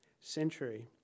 century